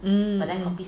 mmhmm